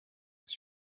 was